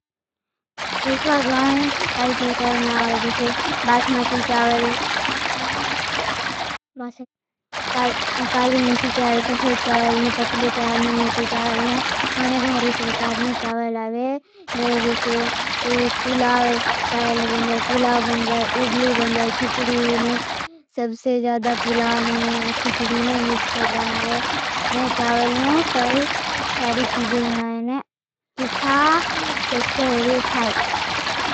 चुखा गोने भारी प्रकारों आवे। जैसे बासमती चावल, काली मंची चावल, सफेज चावल, पतली चावल। मोटे चावलने, वोने भारी प्रकारों चावल आवे। जैसे पुलाव चावल बन जाए। पुलाव बन जाए इडली बन जाए। खिचडीने सबसे जादा पु कुछ प्रकारों चावल बन जाए। चावल ने काई सारी चिज़ू बनाई। ने जो खाई स्के चावल ने।